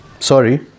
sorry